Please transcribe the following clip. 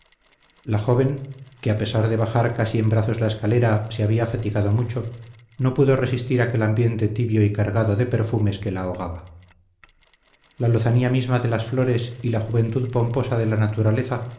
la joven que a pesar de bajar casi en brazos la escalera se había fatigado mucho no pudo resistir aquel ambiente tibio y cargado de perfumes que la ahogaba la lozanía misma de las flores y la juventud pomposa de la naturaleza